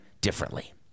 differently